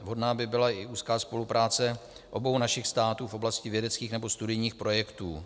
Vhodná by byla i úzká spolupráce obou našich států v oblasti vědeckých nebo studijních projektů.